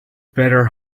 better